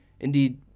Indeed